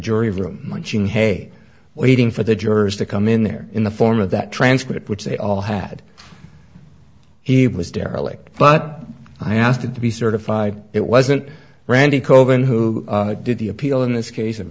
munching hay waiting for the jurors to come in there in the form of that transcript which they all had he was derelict but i asked him to be certified it wasn't randy cohen who did the appeal in this case